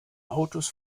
autos